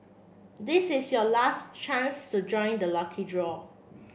this is your last chance to join the lucky draw